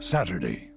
Saturday